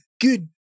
good